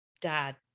dad